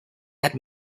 had